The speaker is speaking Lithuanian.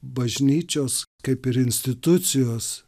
bažnyčios kaip ir institucijos